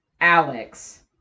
Alex